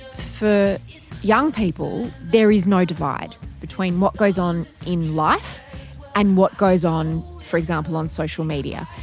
for young people there is no divide between what goes on in life and what goes on, for example, on social media.